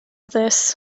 this